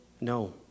no